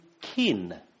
kin